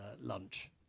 lunch